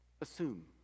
assume